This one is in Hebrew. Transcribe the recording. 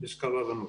מזכר הבנות.